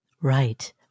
Right